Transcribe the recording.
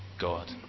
God